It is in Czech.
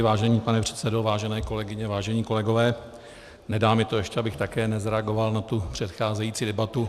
Vážený pane předsedo, vážené kolegyně, vážení kolegové, nedá mi to, abych ještě také nezareagoval na tu předcházející debatu.